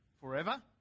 forever